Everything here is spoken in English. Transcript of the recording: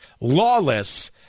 lawless